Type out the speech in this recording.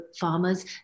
farmers